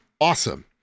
awesome